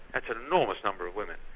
that's an enormous number of women.